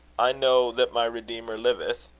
i know that my redeemer liveth